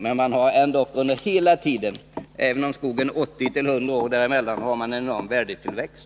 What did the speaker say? Man har ändock under hela tiden däremellan, även om skogen är 80-100 år, en lång värdetillväxt.